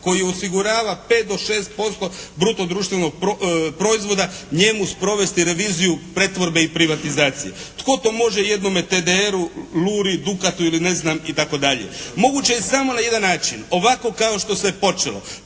koji osigurava 5 do 6 % bruto društvenog proizvoda njemu sprovesti reviziju pretvorbe i privatizacije. Tko to može jednome “TDR“-u, “Lura“-i, “Dukat“-u ili ne znam itd. Moguće je samo na jedan način ovako kao što se počelo,